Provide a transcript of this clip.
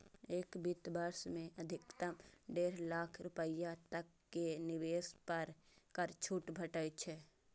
एक वित्त वर्ष मे अधिकतम डेढ़ लाख रुपैया तक के निवेश पर कर छूट भेटै छै